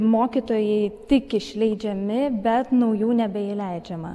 mokytojai tik išleidžiami bet naujų nebeįleidžiama